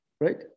right